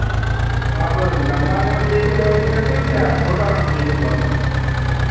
आप लम्बा run up लेकर बॉलिंग करते हो क्या छोटा रन अप लेकर बॉल कर